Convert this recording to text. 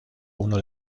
uno